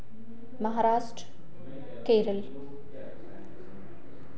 Maharashtra Kerala